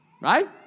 Right